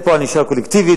אין פה ענישה קולקטיבית.